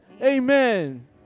Amen